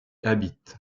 habitent